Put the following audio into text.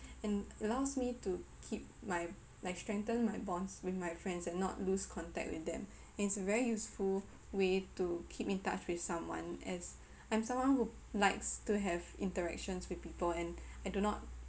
and allows me to keep my like strengthen my bonds with my friends and not lose contact with them it's very useful way to keep in touch with someone as I'm someone who likes to have interactions with people and I do not